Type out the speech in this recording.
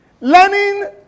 learning